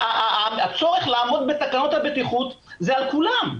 הצורך לעמוד בתקנות הבטיחות חל על כולם.